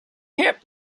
kept